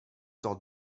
dans